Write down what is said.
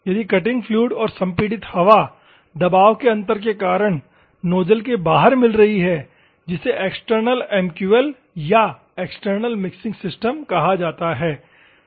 यदि cutting fluid और संपीड़ित हवा दबाव केअंतर के कारण नोजल के बाहर मिल रही है जिसे एक्सटर्नल MQL या एक्सटर्नल मिक्सिंग सिस्टम कहा जाता है ठीक है